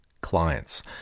clients